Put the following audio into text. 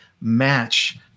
match